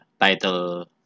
title